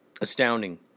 Astounding